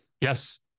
Yes